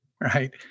right